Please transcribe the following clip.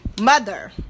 mother